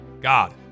God